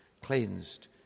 cleansed